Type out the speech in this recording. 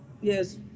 Yes